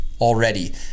already